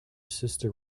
sister